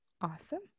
Awesome